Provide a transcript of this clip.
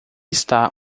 está